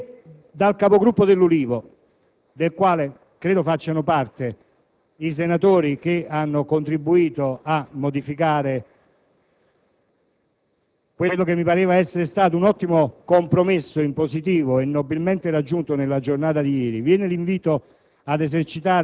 A me pare che le discussioni che ho ascoltato finora, anche da parte